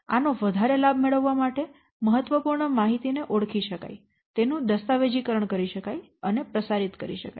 આનો વધારે લાભ મેળવવા માટે મહત્વપૂર્ણ માહિતી ને ઓળખી શકાય તેનું દસ્તાવેજીકરણ કરી શકાય અને પ્રસારિત કરી શકાય